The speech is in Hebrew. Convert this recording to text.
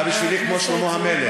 אתה בשבילי כמו שלמה המלך,